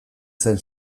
zen